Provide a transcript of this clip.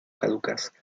caducas